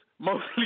Mostly